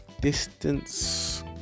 Distance